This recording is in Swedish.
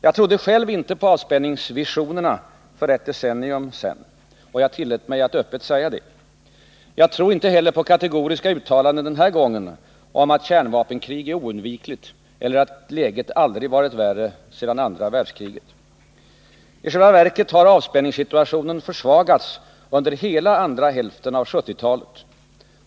Jag trodde själv inte på avspänningsvisionerna för ett decennium sedan, och jag tillät mig att öppet säga det. Jag tror inte heller på kategoriska uttalanden denna gång om att kärnvapenkrig är oundvikligt eller att världsläget aldrig varit värre sedan det andra världskriget. I själva verket har avspänningssituationen försvagats under hela andra hälften av 1970-talet.